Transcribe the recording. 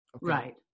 Right